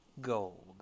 Gold